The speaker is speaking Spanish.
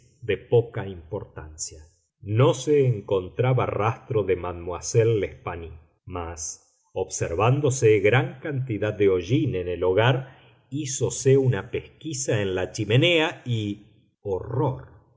de poca importancia no se encontraba rastro de mademoiselle l'espanaye mas observándose gran cantidad de hollín en el hogar hízose una pesquisa en la chimenea y horror